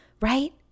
Right